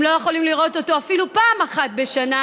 הם לא יכולים לראות אותו אפילו פעם אחת בשנה,